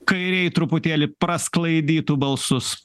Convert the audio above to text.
kairėj truputėlį prasklaidytų balsus